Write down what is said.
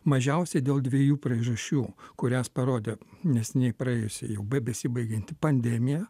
mažiausiai dėl dviejų priežasčių kurias parodė neseniai praėjusi jau bebesibaigianti pandemija